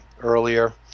earlier